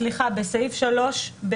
סליחה, בסעיף 3(ב)(2).